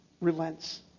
relents